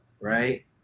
right